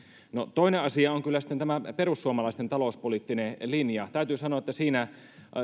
toinen asia on kyllä sitten tämä perussuomalaisten talouspoliittinen linja täytyy sanoa että siinä